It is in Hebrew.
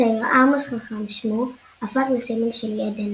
הצעיר, עמוס חכם שמו, הפך לסמל של ידענות.